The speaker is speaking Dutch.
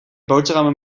boterhammen